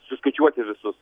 suskaičiuoti visus